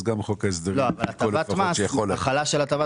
אז גם חוק ההסדרים --- אבל החלה של הטבת